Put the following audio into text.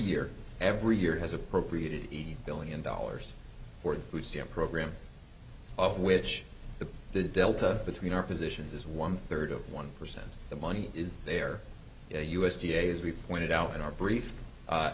year every year has appropriated eighty billion dollars for the food stamp program of which the delta between our positions is one third of one percent the money is there u s d a as we pointed out in our brief